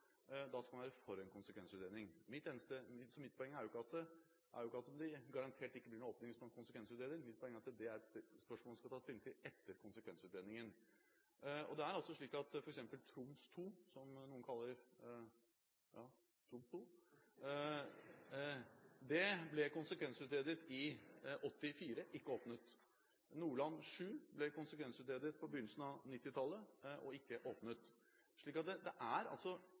skal man være for en konsekvensutredning. Mitt poeng er ikke at det garantert ikke blir noen åpning hvis man konsekvensutreder. Mitt poeng er at det er et spørsmål vi skal ta stilling til etter konsekvensutredningen. Det er slik at f.eks. Troms II, som noen kaller – ja, Troms II , ble konsekvensutredet i 1984 og ikke åpnet. Nordland VII ble konsekvensredet på begynnelsen av 1990-tallet og er ikke åpnet. Så det er